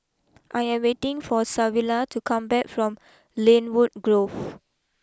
I am waiting for Savilla to come back from Lynwood Grove